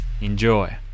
Enjoy